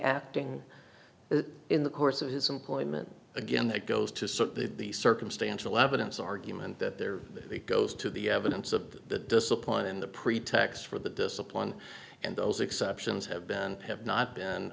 acting in the course of his employment again it goes to the circumstantial evidence argument that there goes to the evidence of the discipline and the pretext for the discipline and those exceptions have been have not been